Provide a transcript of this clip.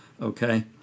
okay